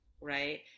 Right